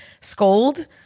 scold